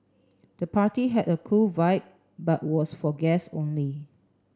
the party had a cool vibe but was for guests only